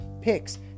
picks